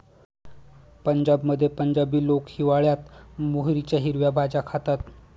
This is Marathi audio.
पंजाबमध्ये पंजाबी लोक हिवाळयात मोहरीच्या हिरव्या भाज्या खातात